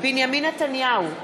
בנימין נתניהו,